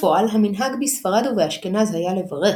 בפועל המנהג בספרד ובאשכנז היה לברך,